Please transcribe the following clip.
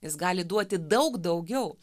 jis gali duoti daug daugiau